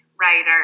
writer